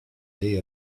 day